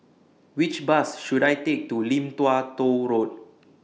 Which Bus should I Take to Lim Tua Tow Road